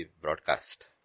broadcast